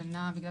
השנה בגלל